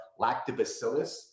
lactobacillus